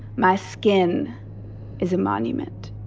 my skin is a monument.